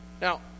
Now